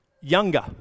younger